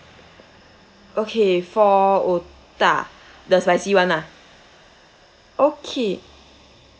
okay for otak the spicy [one] lah okay